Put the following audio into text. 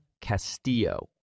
Castillo